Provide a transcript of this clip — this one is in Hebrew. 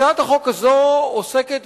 הצעת החוק הזאת עוסקת